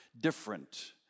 different